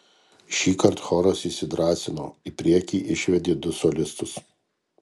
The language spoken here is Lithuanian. šįkart choras įsidrąsino į priekį išvedė du solistus